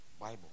Bible